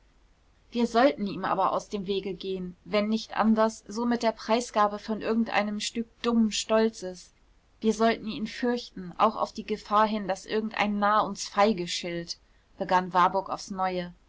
wir sollen ihm aber aus dem wege gehen wenn nicht anders so mit der preisgabe von irgendeinem stück dummen stolzes wir sollen ihn fürchten auch auf die gefahr hin daß irgendein narr uns feige schilt begann warburg aufs neue